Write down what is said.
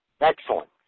Excellent